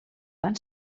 van